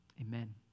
Amen